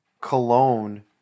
Cologne